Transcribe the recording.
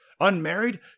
unmarried